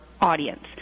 audience